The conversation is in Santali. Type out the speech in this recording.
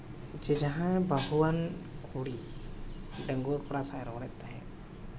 ᱡᱟᱦᱟᱸᱭ ᱵᱟᱹᱦᱩᱣᱟᱱ ᱠᱩᱲᱤ ᱰᱟᱺᱜᱩᱣᱟᱹ ᱠᱚᱲᱟ ᱥᱟᱞᱟᱜ ᱨᱚᱲᱮᱫ ᱛᱟᱦᱮᱱ